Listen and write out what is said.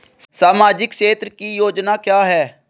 सामाजिक क्षेत्र की योजना क्या है?